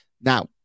Now